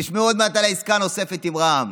תשמעו עוד מעט על עסקה נוספת עם רע"מ.